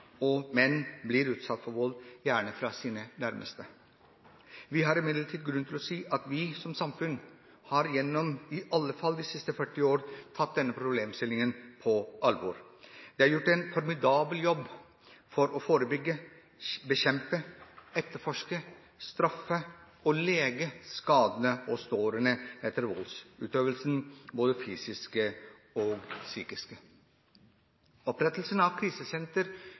og menn blir utsatt for vold, gjerne fra sine nærmeste. Vi har imidlertid grunn til å si at vi som samfunn iallfall gjennom de siste 40 år har tatt denne problemstillingen på alvor. Det er gjort en formidabel jobb for å forebygge, bekjempe, etterforske, straffe og lege skadene og sårene etter både fysisk og psykisk voldsutøvelse. Opprettelsen av